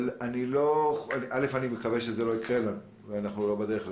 אני מקווה שזה לא יקרה לנו ושאנחנו לא בדרך לשם.